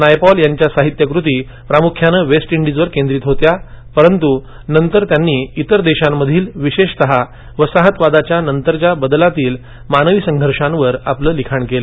नायपॉल यांच्या साहित्यकृती प्रामुख्याने वेस्ट इंडीजवर केंद्रित होत्या परंतु नंतर त्यांनी इतर देशांमधील विशेषतः वसाहदवादाच्या नंतरच्या बदलातील मानवी संघर्षावर आपलं लिखाण केलं